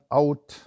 out